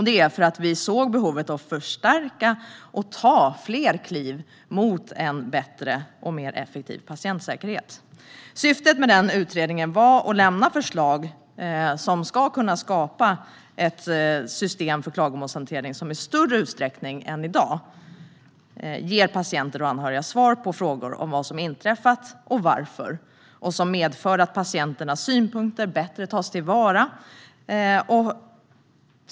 Detta var för att vi såg behovet av att förstärka och ta fler kliv mot en bättre och effektivare patientsäkerhet. Syftet med utredningen var att lämna förslag som ska kunna skapa ett system för klagomålshantering som i större utsträckning än i dag ger patienter och anhöriga svar på frågor om vad som har inträffat och varför och som medför att patienternas synpunkter bättre tas till vara.